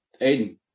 Aiden